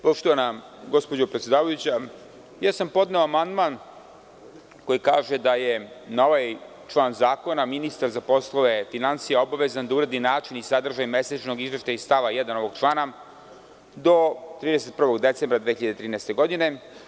Poštovana gospođo predsedavajuća, ja sam podneo amandman koji kaže da je na ovaj član zakona ministar za poslove finansija obavezan da uradi način i sadržaj mesečnog izveštavanja iz stava 1. ovog člana do 31. decembra 2013. godine.